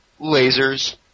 lasers